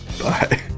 Bye